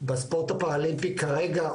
בספורט הפראלימפי כרגע,